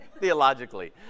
theologically